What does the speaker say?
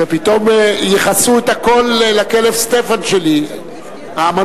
ופתאום ייחסו את הכול לכלב סטפן שלי המנוח.